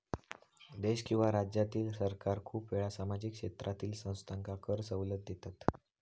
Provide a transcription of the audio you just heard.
देश किंवा राज्यातील सरकार खूप वेळा सामाजिक क्षेत्रातील संस्थांका कर सवलत देतत